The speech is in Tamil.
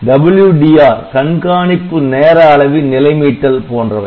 WDR கண்காணிப்பு நேர அளவி நிலை மீட்டல் போன்றவை